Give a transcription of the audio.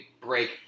break